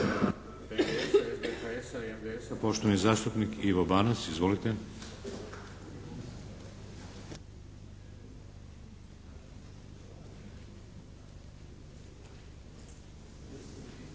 poštovani zastupnik Ivan Bagarić. Izvolite.